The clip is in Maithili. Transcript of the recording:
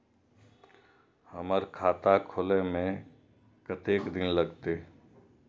हमर खाता खोले में कतेक दिन लगते?